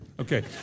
Okay